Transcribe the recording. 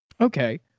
okay